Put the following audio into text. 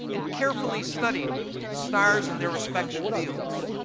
and carefully studied the stars in their respective fields.